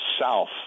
south